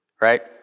right